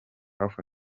health